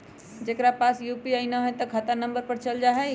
जेकरा पास यू.पी.आई न है त खाता नं पर चल जाह ई?